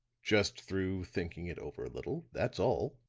just through thinking it over a little, that's all,